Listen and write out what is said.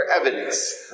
evidence